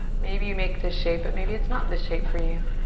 maybe you make this shape, but maybe it's not this shape for you.